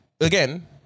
again